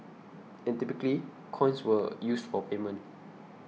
and typically coins were used for payment